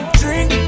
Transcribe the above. drink